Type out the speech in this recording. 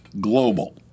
global